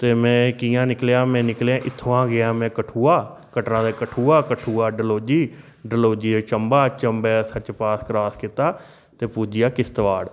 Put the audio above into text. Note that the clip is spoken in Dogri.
ते मैं कियां निकलेआ में निकलेआ इत्थुआं गेआ मैं कठुआ कटड़ा दे कठुआ कठुआ डल्होजी डल्होजी दा चंबा चंबे दा सचपाथ क्रास कीता ते पुज्जी गेआ किश्तवाड़